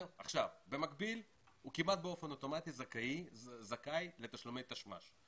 במקביל הוא כמעט באופן אוטומטי זכאי לתשלומי תשמ"ש,